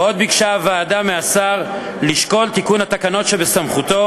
ועוד ביקשה הוועדה מהשר לשקול תיקון התקנות שבסמכותו